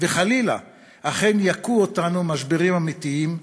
וחלילה יכו אותנו משברים אמיתיים,